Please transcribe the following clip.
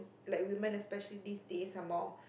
like women especially these days are more